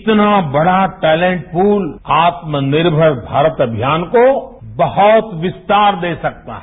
इतना बड़ा talent pool आत्मनिर्मारत अनियान को बहुत विस्तार दे सकता है